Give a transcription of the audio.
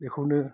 बेखौनो